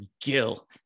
Gil